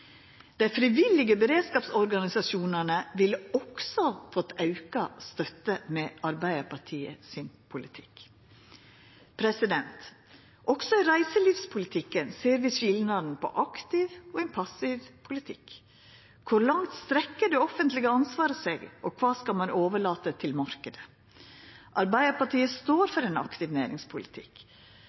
Dei frivillige beredskapsorganisasjonane ville også fått auka støtte med Arbeidarpartiets politikk. Også i reiselivspolitikken ser vi skilnaden på ein aktiv og ein passiv politikk. Kor langt strekkjer det offentlege ansvaret seg, og kva skal ein overlata til marknaden? Arbeidarpartiet står for ein aktiv næringspolitikk,